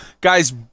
Guys